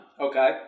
Okay